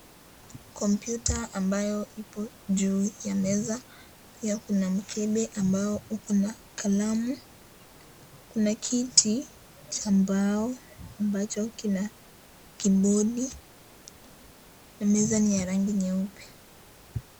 Kompyuta ambayo ipo juu ya meza, pia kuna mkebe ambao uko na kalamu, kuna kiti cha mbao ambacho kina kibodi na meza ni ya rangi nyeupe.